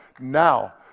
Now